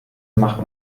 macht